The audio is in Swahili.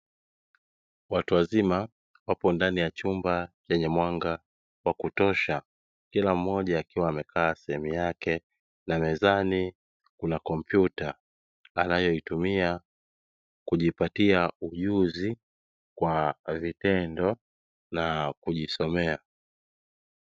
Watu wazima wapo ndani ya chumba chenye mwanga wa kutosha, kila mmoja akiwa amekaa sehemu yake na mezani kuna kompyuta anayoitumia kujipatia ujuzi kwa vitendo na kujisomea.